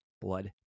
blood